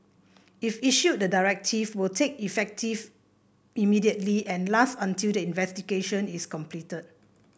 if issued the directive will take effect immediately and last until the investigation is completed